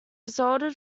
resulted